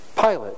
Pilate